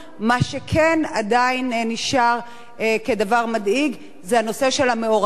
מה שכן עדיין נשאר כדבר מדאיג זה הנושא של המעורבות ההורית,